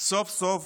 סוף-סוף